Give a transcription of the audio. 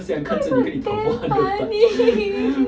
oh my god damn funny